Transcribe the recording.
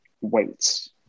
weights